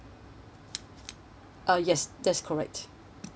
uh yes that's correct